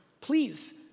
Please